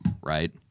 right